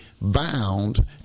bound